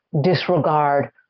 disregard